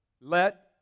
Let